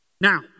Now